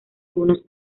algunos